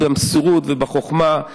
ובמסירות ובחוכמה,